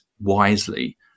wisely